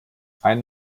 einen